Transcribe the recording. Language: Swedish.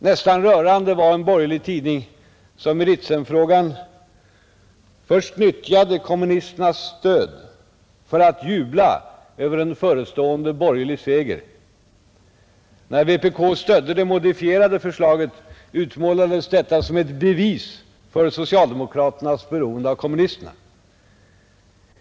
Nästan rörande var en borgerlig tidning, som i Ritsemfrågan först nyttjade kommunisternas stöd för att jubla över en förestående borgerlig seger. När vpk sedan stödde det modifierade förslaget utmålades detta som ett bevis för socialdemokraternas beroende av kommunisterna.